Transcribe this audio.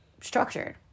structured